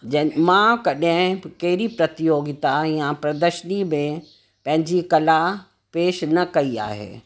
जंहि मां कॾहिं कहिड़ी प्रतियोगिता या प्रदर्शनी में पंहिंजी कला पेशु न कई आहे